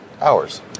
hours